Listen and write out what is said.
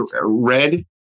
red